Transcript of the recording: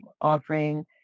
offering